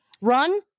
run